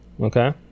okay